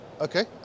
Okay